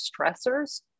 stressors